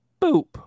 Boop